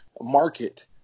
market